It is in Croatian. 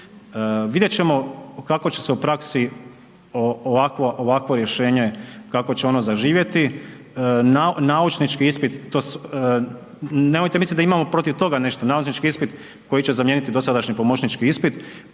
Vidjet ćemo kako će se u praksi ovakvo rješenje, kako će ono zaživjeti. Naučnički ispit, to, nemojte misliti da imamo protiv toga nešto, naučnički ispit koji će zamijeniti dosadašnji pomoćnički ispit